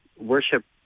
worship